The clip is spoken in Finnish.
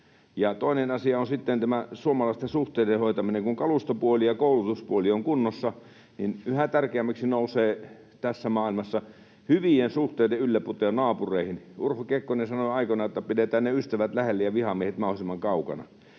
sitten tämä suomalaisten suhteiden hoitaminen. Kun kalustopuoli ja koulutuspuoli ovat kunnossa, niin yhä tärkeämmäksi nousee tässä maailmassa hyvien suhteiden ylläpito naapureihin. Urho Kekkonen sanoi aikoinaan, että pidetään ne ystävät lähellä ja vihamiehet mahdollisimman kaukana,